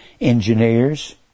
engineers